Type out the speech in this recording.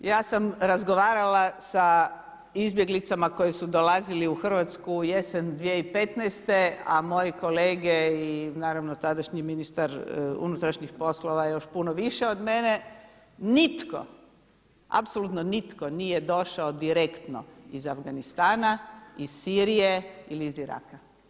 Ja sam razgovarala sa izbjeglicama koje su dolazili u Hrvatsku u jesen 2015., a moji kolege i naravno tadašnji ministar unutrašnjih poslova još puno više od mene, nitko, apsolutno nitko nije došao direktno iz Afganistana iz Sirije ili iz Iraka.